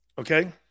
Okay